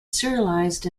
serialized